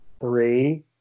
Three